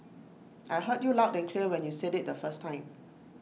I heard you loud and clear when you said IT the first time